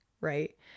right